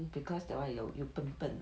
because that one you you 笨笨